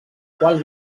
qual